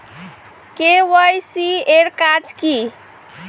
KYC এর কাজ কি?